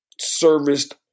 serviced